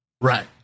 Right